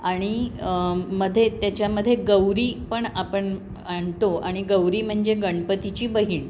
आणि मध्ये त्याच्यामध्ये गौरी पण आपण आणतो आणि गौरी म्हणजे गणपतीची बहीण